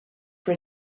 for